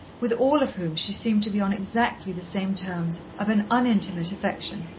with all of whom she seemed to be on exactly the same terms of an unintimate affection.